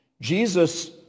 Jesus